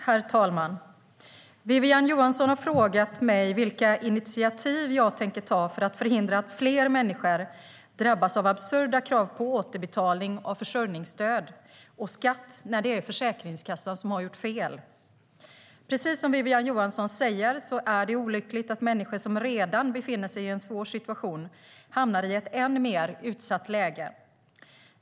Herr talman! Wiwi-Anne Johansson har frågat mig vilka initiativ jag tänker ta för att förhindra att fler människor drabbas av absurda krav på återbetalning av försörjningsstöd och skatt när det är Försäkringskassan som har gjort fel. Precis som Wiwi-Anne Johansson säger är det olyckligt att människor som redan befinner sig i en svår situation hamnar i ett än mer utsatt läge.